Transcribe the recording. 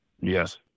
Yes